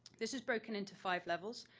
this is broken into five levels.